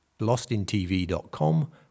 lostintv.com